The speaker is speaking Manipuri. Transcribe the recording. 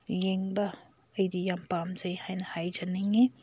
ꯌꯦꯡꯕ ꯑꯩꯗꯤ ꯌꯥꯝ ꯄꯥꯝꯖꯩ ꯍꯥꯏꯅ ꯍꯥꯏꯖꯅꯤꯡꯉꯤ